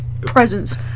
presence